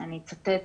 אני אצטט